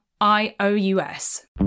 I-O-U-S